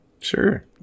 Sure